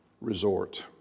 resort